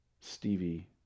Stevie